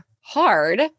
hard